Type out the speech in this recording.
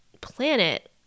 planet